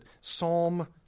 psalm